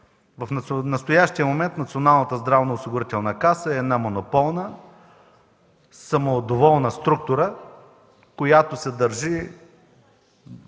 В настоящия момент Националната здравноосигурителна каса е монополна, самодоволна структура, която дори